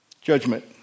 Judgment